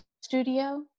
studio